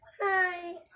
Hi